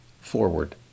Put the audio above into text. forward